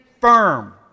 firm